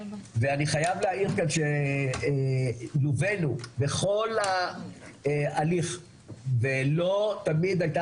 ואני חייב להעיר כאן שלווינו בכל ההליך ולא תמיד היתה